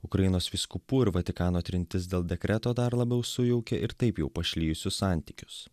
ukrainos vyskupų ir vatikano trintis dėl dekreto dar labiau sujaukia ir taip jau pašlijusius santykius